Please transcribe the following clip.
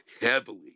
heavily